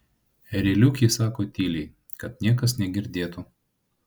ereliuk ji sako tyliai kad niekas negirdėtų